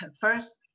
First